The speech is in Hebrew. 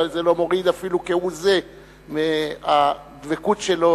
וזה לא מוריד אפילו כהוא-זה מהדבקות שלו